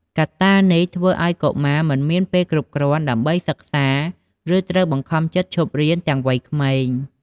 កត្តានេះធ្វើឲ្យកុមារមិនមានពេលគ្រប់គ្រាន់ដើម្បីសិក្សា ឬត្រូវបង្ខំចិត្តឈប់រៀនទាំងវ័យក្មេង។